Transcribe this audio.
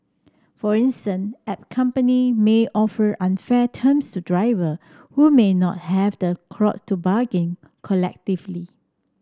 for instance app company may offer unfair terms to driver who may not have the clout to bargain collectively